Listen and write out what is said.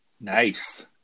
Nice